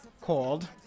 called